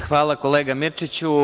Hvala, kolega Mirčiću.